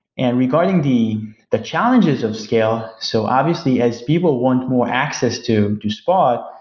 and regarding the the challenges of scale so obviously as people want more access to do spot,